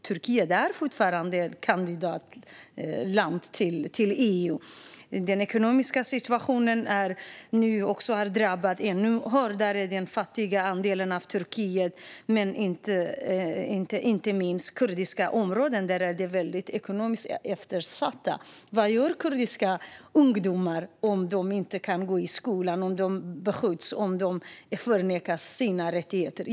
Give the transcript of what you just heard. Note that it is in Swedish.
Turkiet är ju fortfarande ett kandidatland till EU. De fattiga delarna av Turkiet är hårt drabbade av den ekonomiska situationen, inte minst de kurdiska områdena, som är väldigt ekonomiskt eftersatta. Vad gör kurdiska ungdomar om de inte kan gå i skolan, om de beskjuts och om de förnekas sina rättigheter?